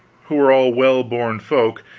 who were all well-born folk,